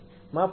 માફ કરશો